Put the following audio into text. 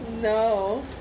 No